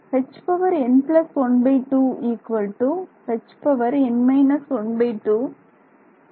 நன்று